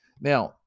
Now